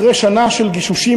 אחרי שנה של גישושים,